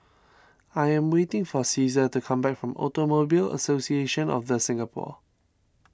I am waiting for Caesar to come back from Automobile Association of the Singapore